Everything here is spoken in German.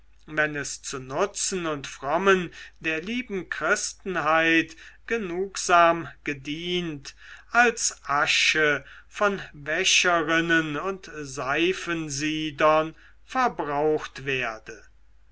wenn es zu nutzen und frommen der lieben christenheit genugsam gedient als asche von wäscherinnen und seifensiedern verbraucht werde